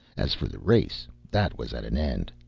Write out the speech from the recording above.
as for the race, that was at an end.